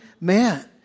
man